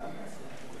לא כל כך מהר.